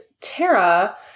Tara